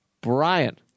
Brian